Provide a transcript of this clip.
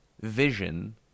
vision